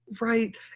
Right